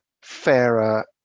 fairer